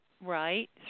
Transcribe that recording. right